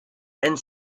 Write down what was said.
and